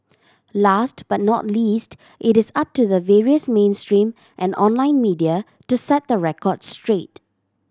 last but not least it is up to the various mainstream and online media to set the record straight